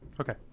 Okay